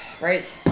Right